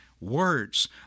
words